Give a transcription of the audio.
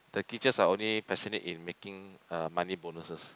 the teachers are only passionate in making uh money bonuses